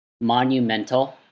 monumental